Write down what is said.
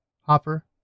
hopper